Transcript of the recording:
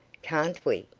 can't we?